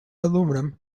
aluminum